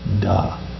Duh